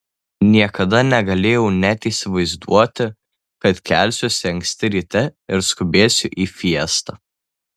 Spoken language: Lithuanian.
niekada negalėjau net įsivaizduoti kad kelsiuosi anksti ryte ir skubėsiu į fiestą